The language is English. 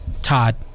Todd